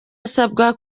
asabwa